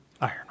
Iron